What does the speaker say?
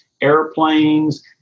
airplanes